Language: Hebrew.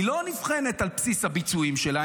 היא לא נבחנת על בסיס הביצועים שלה,